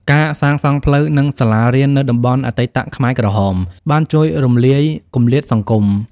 ការសាងសង់ផ្លូវ និងសាលារៀននៅតំបន់អតីតខ្មែរក្រហម បានជួយរំលាយគម្លាតសង្គម។